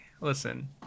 listen